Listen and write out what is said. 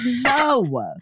no